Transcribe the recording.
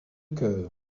cœur